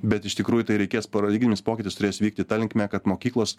bet iš tikrųjų tai reikės paradigminis pokytis turės vykti ta linkme kad mokyklos